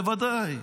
בוודאי.